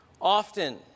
often